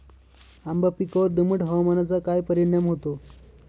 आंबा पिकावर दमट हवामानाचा काय परिणाम होतो?